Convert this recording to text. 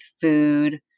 food